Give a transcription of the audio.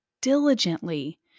diligently